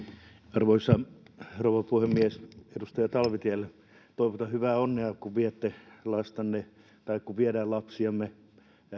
arvoisa rouva puhemies edustaja talvitielle toivotan hyvää onnea kun viette lastanne tai toivotaan kun viemme lapsiamme